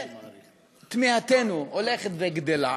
ותמיהתנו הולכת וגדלה,